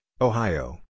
Ohio